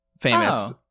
Famous